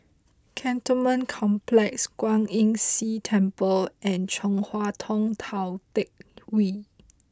Cantonment Complex Kwan Imm See Temple and Chong Hua Tong Tou Teck Hwee